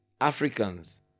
Africans